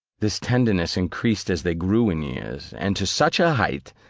this tenderness increased as they grew in years, and to such a height,